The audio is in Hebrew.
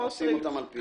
עושים אותם על פי דין.